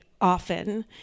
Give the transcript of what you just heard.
often